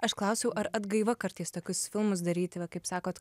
aš klausiau ar atgaiva kartais tokius filmus daryti va kaip sakot